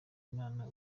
imana